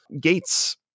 Gates